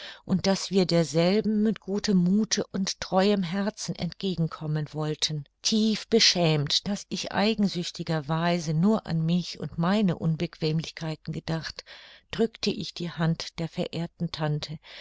und daß wir derselben mit gutem muthe und treuem herzen entgegen kommen wollten tief beschämt daß ich eigensüchtiger weise nur an mich und meine unbequemlichkeiten gedacht drückte ich die hand der verehrten tante